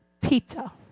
Pizza